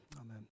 amen